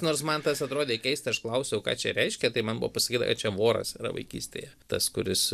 nors man tas atrodė keista aš klausiau ką čia reiškia tai man buvo pasakyta kad čia voras yra vaikystėje tas kuris